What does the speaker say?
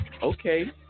Okay